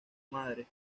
madre